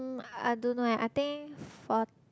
mm I don't know eh I think for~